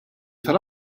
tal